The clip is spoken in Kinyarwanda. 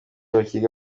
bakiga